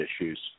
issues